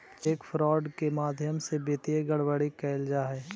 cheque fraud के माध्यम से वित्तीय गड़बड़ी कैल जा हइ